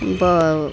இப்போது